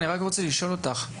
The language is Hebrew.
אני רוצה לשאול אותך,